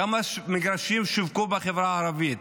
כמה מגרשים שווקו בחברה הערבית?